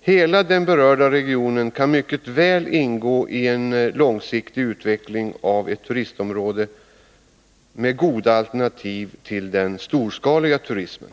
Hela den berörda regionen kan mycket väl ingå i en långsiktig utveckling av ett turistområde med goda alternativ till den storskaliga turismen.